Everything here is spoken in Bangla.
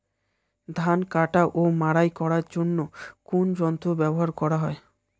ধান কাটা ও মাড়াই করার জন্য কোন যন্ত্র ব্যবহার করা হয়?